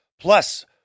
Plus